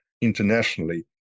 internationally